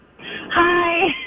Hi